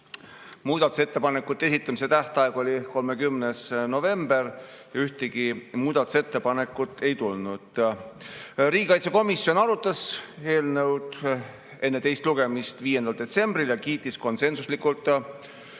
Muudatusettepanekute esitamise tähtaeg oli 30. novembril. Ühtegi muudatusettepanekut ei tulnud. Riigikaitsekomisjon arutas eelnõu enne teist lugemist 5. detsembril ja kiitis konsensuslikult